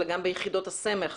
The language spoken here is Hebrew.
אלא גם ביחידות הסמך